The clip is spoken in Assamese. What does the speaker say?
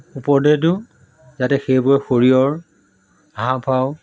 উপদেশ দিওঁ যাতে সেইবোৰে শৰীৰৰ হাঁওফাঁও